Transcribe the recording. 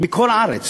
מכל הארץ.